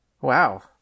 wow